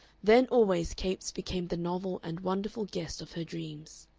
then always capes became the novel and wonderful guest of her dreams.